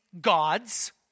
gods